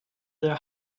their